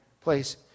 place